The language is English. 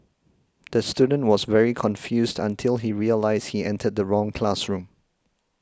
the student was very confused until he realised he entered the wrong classroom